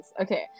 Okay